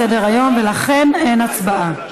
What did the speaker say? מסדר-היום, ולכן אין הצבעה.